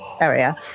area